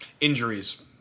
Injuries